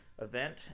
Event